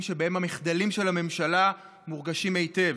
שבהם המחדלים של הממשלה מורגשים היטב.